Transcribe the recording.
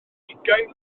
ugain